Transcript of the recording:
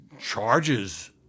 charges